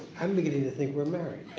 i'm beginning to think we're married.